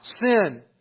sin